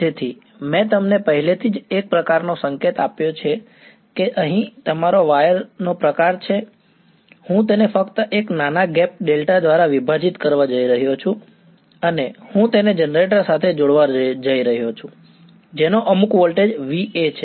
તેથી મેં તમને પહેલેથી જ એક પ્રકારનો સંકેત આપ્યો છે કે અહીં તમારો વાયર નો પ્રકાર છે હું તેને ફક્ત એક નાના ગેપ ડેલ્ટા દ્વારા વિભાજિત કરવા જઈ રહ્યો છું અને હું તેને જનરેટર સાથે જોડવા જઈ રહ્યો છું જેનો અમુક વોલ્ટેજ VA છે